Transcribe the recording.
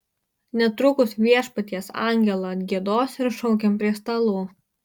netrukus viešpaties angelą atgiedos ir šaukiam prie stalų